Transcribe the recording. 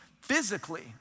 physically